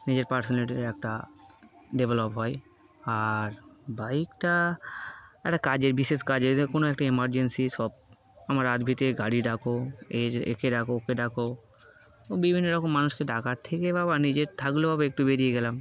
নিজের পার্সোনালিটি একটা ডেভেলপ হয় আর বাইকটা একটা কাজের বিশেষ কাজে যে কোনো একটা এমার্জেন্সি সব আমার রাত ভিতরে গাড়ি ডাকো এ একে ডাকো ওকে ডাকো ও বিভিন্ন রকম মানুষকে ডাকার থেকে বাবা নিজের থাকলেওভাবে একটু বেরিয়ে গেলাম